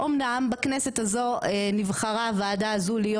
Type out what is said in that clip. אמנם בכנסת הזו נבחרה הוועדה הזו להיות